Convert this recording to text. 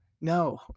no